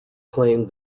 claimed